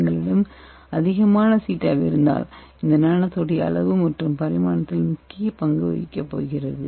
எங்களிடம் அதிகமான CTAB இருந்தால் அது நானோ தடி அளவு மற்றும் பரிமாணத்தில் முக்கிய பங்கு வகிக்கப் போகிறது